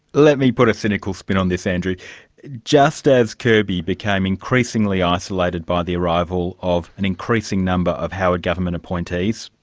let me put a cynical spin on this, andrew just as kirby became increasingly isolated by the arrival of an increasing number of howard government appointees,